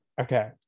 okay